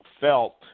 felt